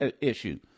issue